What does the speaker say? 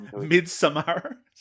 midsummer